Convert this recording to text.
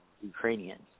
Ukrainians